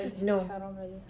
no